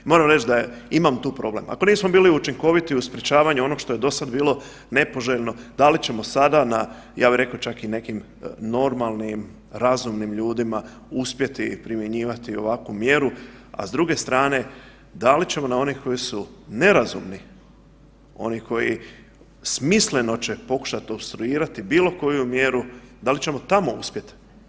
Moram reć da imam tu problem, ako nismo bili učinkoviti u sprečavanju onog što je dosad bilo nepoželjno da li ćemo sada na, ja bi rekao čak i nekim normalnim, razumnim ljudima uspjeti primjenjivati ovakvu mjeru, a s druge strane da li ćemo na onih koji su nerazumni, onih koji smisleno će pokušat opstruirat bilo koju mjeru, dal ćemo tamo uspjet?